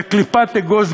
בקליפת אגוז,